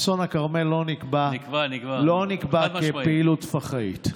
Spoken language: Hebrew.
לגבי אסון הכרמל לא נקבעה פעילות פח"עית.